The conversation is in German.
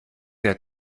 der